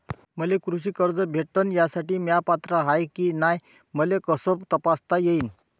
मले कृषी कर्ज भेटन यासाठी म्या पात्र हाय की नाय मले कस तपासता येईन?